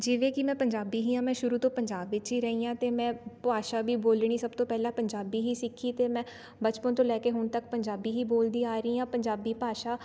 ਜਿਵੇਂ ਕਿ ਮੈਂ ਪੰਜਾਬੀ ਹੀ ਹਾਂ ਮੈਂ ਸ਼ੁਰੂ ਤੋਂ ਪੰਜਾਬ ਵਿੱਚ ਹੀ ਰਹੀ ਹਾਂ ਅਤੇ ਮੈਂ ਭਾਸ਼ਾ ਵੀ ਬੋਲਣੀ ਸਭ ਤੋਂ ਪਹਿਲਾਂ ਪੰਜਾਬੀ ਹੀ ਸਿੱਖੀ ਅਤੇ ਮੈਂ ਬਚਪਨ ਤੋਂ ਲੈ ਕੇ ਹੁਣ ਤੱਕ ਪੰਜਾਬੀ ਹੀ ਬੋਲਦੀ ਆ ਰਹੀ ਹਾਂ ਪੰਜਾਬੀ ਭਾਸ਼ਾ